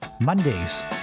Mondays